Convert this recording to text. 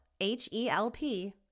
H-E-L-P